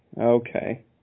Okay